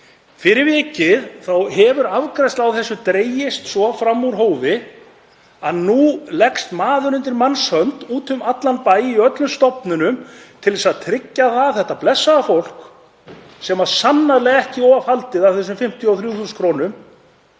Fyrir vikið hefur afgreiðsla á þessu dregist svo fram úr hófi að nú gengur maður undir manns hönd úti um allan bæ í öllum stofnunum til að tryggja að þetta blessaða fólk, sem er sannarlega ekki ofhaldið af þessum 53.000 kr.,